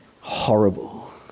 Horrible